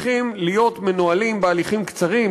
צריכים להיות מנוהלים בהליכים קצרים,